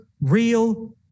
real